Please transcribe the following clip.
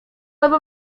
aby